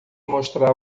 mostrar